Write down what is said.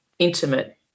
intimate